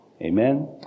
Amen